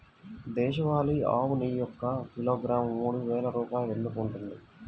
దేశవాళీ ఆవు నెయ్యి ఒక కిలోగ్రాము మూడు వేలు రూపాయలు ఎందుకు ఉంటుంది?